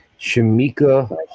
Shamika